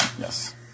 Yes